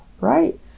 right